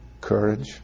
courage